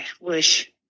wish